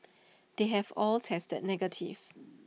they have all tested negative